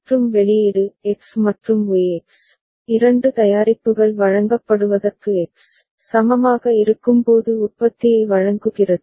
மற்றும் வெளியீடு எக்ஸ் மற்றும் ஒய் எக்ஸ் இரண்டு தயாரிப்புகள் வழங்கப்படுவதற்கு எக்ஸ் சமமாக இருக்கும்போது உற்பத்தியை வழங்குகிறது